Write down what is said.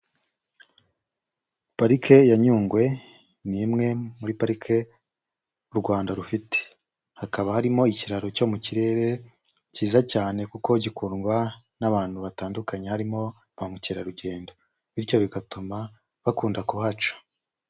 Parike ya Nyungwe ni imwe muri parike u Rwanda rufite. Hakaba harimo ikiraro cyo mu kirere kiza cyane kuko gikundwa n'abantu batandukanye harimo ba mukerarugendo. Bityo bigatuma bakunda kuhaca.